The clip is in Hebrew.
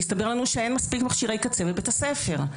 הסתבר לנו שאין מספיק מכשירי קצה בבית הספר,